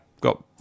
got